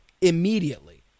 immediately